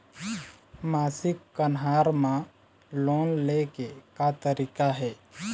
मासिक कन्हार म लोन ले के का तरीका हे?